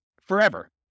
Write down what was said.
forever